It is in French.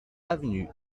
avenue